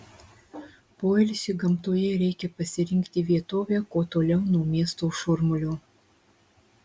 poilsiui gamtoje reikia pasirinkti vietovę kuo toliau nuo miesto šurmulio